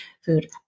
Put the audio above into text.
food